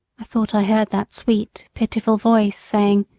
i thought i heard that sweet, pitiful voice saying,